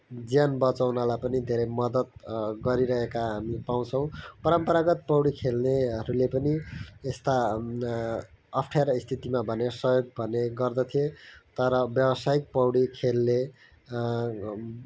ज्यान बचाउनलाई पनि धेरै मदत गरिरहेका हामीले पाउँछौँ परम्परागत पौडी खेल्नेहरूले पनि यस्ता अप्ठ्यारा स्थितिमा भने सहयोग भने गर्दथे तर व्यावसायिक पौडी खेल्ने